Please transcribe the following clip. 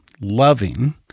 loving